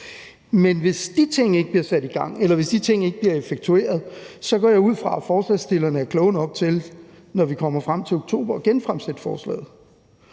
Men hvis de ting ikke bliver sat i gang, eller hvis de ting ikke bliver effektueret, går jeg ud fra, at forslagsstillerne er kloge nok til, når vi kommer frem til oktober, at genfremsætte forslaget.